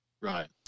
Right